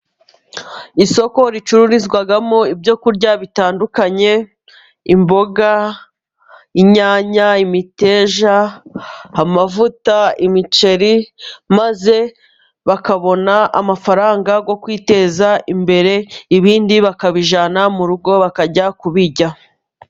Isoko ricururizwamo ibyo kurya bitandukanye, imboga, inyanya, imiteja, amavuta, imiceri, maze bakabona amafaranga yo kwiteza imbere, ibindi bakabijyana mu rugo bakajya kubirya.